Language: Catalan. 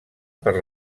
per